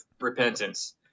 repentance